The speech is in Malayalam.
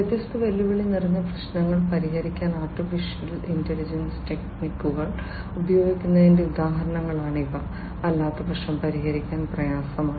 വ്യത്യസ്ത വെല്ലുവിളി നിറഞ്ഞ പ്രശ്നങ്ങൾ പരിഹരിക്കാൻ AI ടെക്നിക്കുകൾ ഉപയോഗിക്കുന്നതിന്റെ ഉദാഹരണങ്ങളാണ് ഇവ അല്ലാത്തപക്ഷം പരിഹരിക്കാൻ പ്രയാസമാണ്